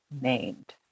named